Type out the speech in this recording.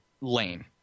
lame